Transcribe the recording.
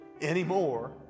anymore